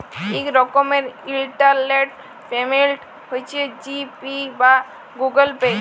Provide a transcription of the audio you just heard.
ইক রকমের internet payment হছে জি পে বা গুগল পে